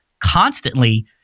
constantly